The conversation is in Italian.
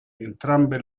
entrambe